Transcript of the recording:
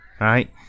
Right